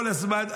כל הזמן.